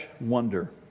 wonder